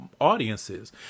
audiences